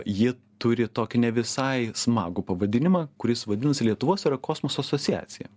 ji turi tokį ne visai smagų pavadinimą kuris vadinasi lietuvos aerokosmoso asociacija